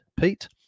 Pete